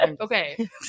Okay